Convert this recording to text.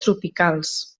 tropicals